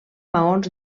maons